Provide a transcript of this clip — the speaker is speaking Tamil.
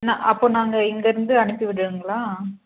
நான் அப்போது நாங்கள் இங்கிருந்து அனுப்பி விடணுங்களா